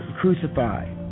crucified